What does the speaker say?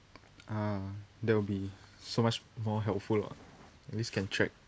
uh there will be so much more helpful ah at least can check